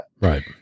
Right